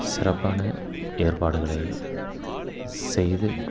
சிறப்பான ஏற்பாடுகளை செய்து